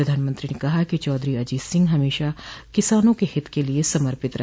प्रधानमंत्री ने कहा कि चौधरी अजीत सिंह हमेशा किसानों क हित के लिए समर्पित रहे